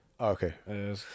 okay